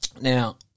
now